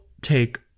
take